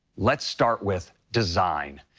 let's start with design,